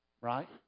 right